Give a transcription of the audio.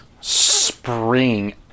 spring